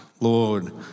Lord